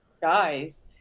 guys